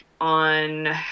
on